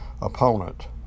Opponent